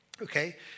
okay